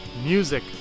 Music